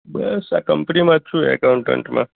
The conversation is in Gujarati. બસ આ કંપનીમાં જ છું એકાઉન્ટન્ટમાં